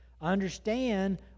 Understand